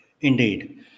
Indeed